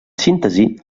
síntesi